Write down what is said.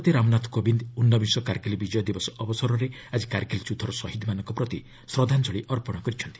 ରାଷ୍ଟ୍ରପତି ରାମନାଥ କୋବିନ୍ଦ୍ ଉନବିଂଶ କାର୍ଗିଲ୍ ବିଜୟ ଦିବସ ଅବସରରେ ଆଜି କାର୍ଗିଲ୍ ଯୁଦ୍ଧର ଶହୀଦ୍ମାନଙ୍କ ପ୍ରତି ଶ୍ରଦ୍ଧାଞ୍ଚଳି ଅର୍ପଣ କରିଛନ୍ତି